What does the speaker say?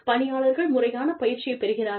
பணியாளர்கள் முறையான பயிற்சியை பெறுகிறார்கள்